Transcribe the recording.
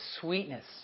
sweetness